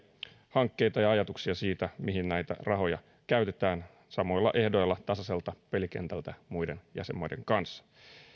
hankkeita ja ajatuksia siitä mihin näitä rahoja käytetään samoilla ehdoilla tasaiselta pelikentältä muiden jäsenmaiden kanssa